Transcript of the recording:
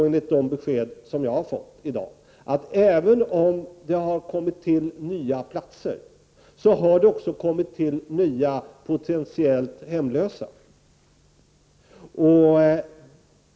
Enligt de besked som jag har fått i dag är det faktiskt så, att nya potentiellt hemlösa människor har tillkommit, även om det också har ordnats nya platser.